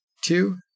two